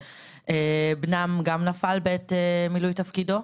שבנם גם נפל בעת מילוי תפקידו.